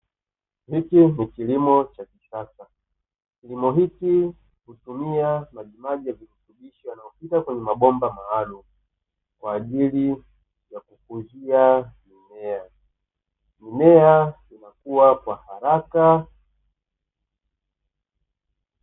Hiki ni kilimo cha kisasa. Kilimo hiki hutumia maji yenye virutubisho yanayopita kwenye mabomba maalumu kwa ajili ya kukuzia mimea. Mimea inakua kwa haraka.